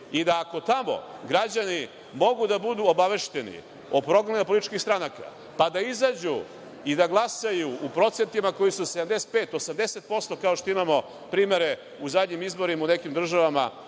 i da ako tamo građani mogu da budu obavešteni o programu političkih stranaka, pa da izađu i da glasaju u procentima koji su 75%, 80%, kao što imamo primere u zadnjim izborima u nekim državama